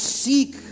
seek